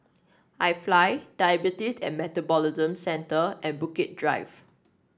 IFly Diabetes and Metabolism Centre and Bukit Drive